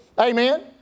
Amen